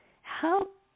Help